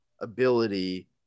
ability